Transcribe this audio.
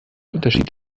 unterschied